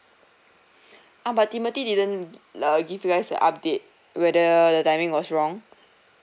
uh but timothy didn't uh give you guys an update whether the timing was wrong